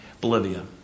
Bolivia